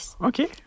Okay